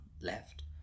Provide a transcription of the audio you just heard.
left